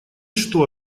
что